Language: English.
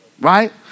Right